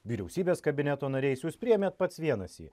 vyriausybės kabineto nariais jūs priėmėt pats vienas jį